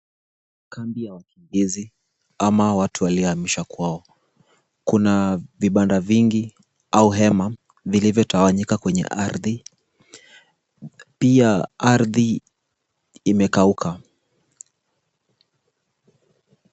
Kambi ya wakimbizi ama watu waliohamishwa kwao. Kuna vibanda vingi au hema vilivyotawanyika kwenye ardhi, pia ardhi imekauka.